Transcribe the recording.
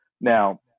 Now